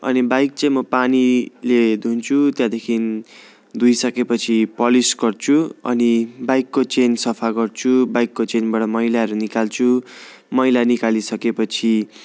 अनि बाइक चाहिँ म पानीले धुन्छु त्यहाँदेखि धोइसकेपछि पलिस गर्छु अनि बाइकको चेन सफा गर्छु बाइकको चेनबाट मैलाहरू निकाल्छु मैला निकालिसकेपछि